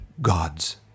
gods